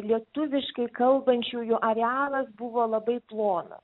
lietuviškai kalbančiųjų arealas buvo labai plonas